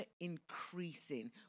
increasing